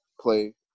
play